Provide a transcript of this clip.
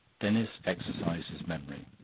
denis exercised his memory.